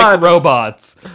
robots